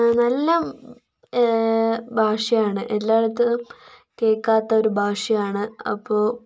നല്ല ഭാഷയാണ് എല്ലായിടത്തും കേൾക്കാത്തൊരു ഭാഷയാണ് അപ്പോൾ